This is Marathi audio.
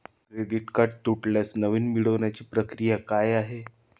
क्रेडिट कार्ड तुटल्यास नवीन मिळवण्याची प्रक्रिया काय आहे?